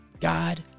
God